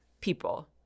people